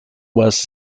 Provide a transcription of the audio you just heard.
west